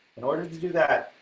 in order to do that,